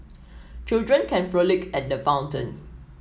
children can frolic at the fountain